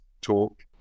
talk